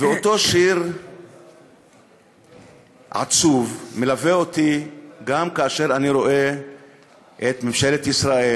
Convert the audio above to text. ואותו שיר עצוב מלווה אותי גם כאשר אני רואה את ממשלת ישראל,